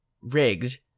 rigged